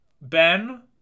Ben